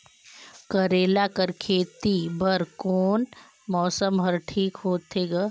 करेला कर खेती बर कोन मौसम हर ठीक होथे ग?